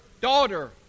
daughter